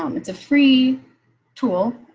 um it's a free tool.